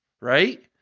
right